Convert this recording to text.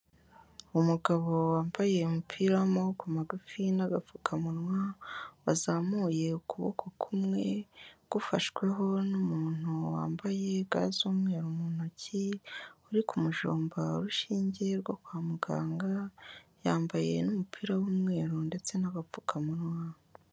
Umugabo wambaye umupira w'amaboko magufi n'agapfukamunwa, wazamuye ukuboko kumwe gufashweho n'umuntu wambaye ga z'umweru mu ntoki, uri ku mujomba urushinge rwo kwa muganga, yambaye n'umupira w'umweru ndetse n'abapfukamunwa.